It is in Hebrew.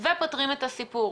ופותרים את הסיפור.